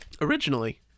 originally